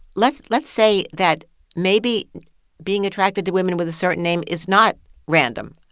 let's let's say that maybe being attracted to women with a certain name is not random.